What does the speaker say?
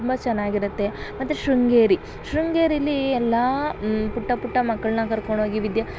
ತುಂಬ ಚೆನ್ನಾಗಿರುತ್ತೆ ಮತ್ತು ಶೃಂಗೇರಿ ಶೃಂಗೇರಿಲಿ ಎಲ್ಲ ಪುಟ್ಟ ಪುಟ್ಟ ಮಕ್ಕಳನ್ನ ಕರ್ಕೊಂಡೋಗಿ ವಿದ್ಯೆ